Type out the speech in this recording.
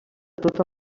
tot